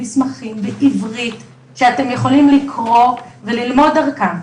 מסמכים בעברית שאתם יכולים לקרוא וללמוד דרכם.